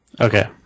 Okay